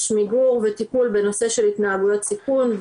מיגור וטיפול בנושא של התנהגויות סיכון,